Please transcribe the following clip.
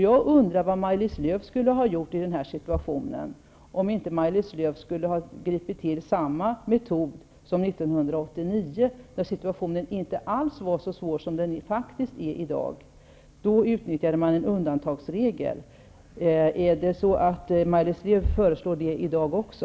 Jag undrar om inte Maj-Lis Lööw i den här situationen skulle ha tillgripit samma metod som 1989, när situationen inte alls var så svår som den faktiskt är i dag. Då utnyttjade man en undantagsregel. Är det vad Maj-Lis Lööw förordar i dag också?